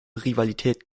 rivalität